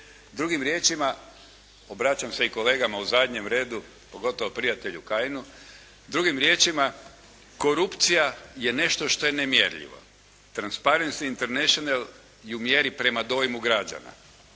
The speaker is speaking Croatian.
Drugim riječima. Obraćam se i kolegama u zadnjem redu, pogotovo prijatelju Kajinu. Drugim riječima, korupcija je nešto što je nemjerljivo. Transparency International ju mjeri prema dojmu građana.